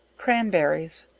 cranberries.